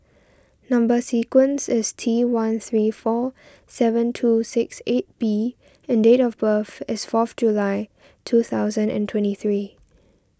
Number Sequence is T one three four seven two six eight B and date of birth is fourth July two thousand and twenty three